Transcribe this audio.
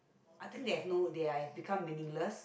I think there have no they are become meaningless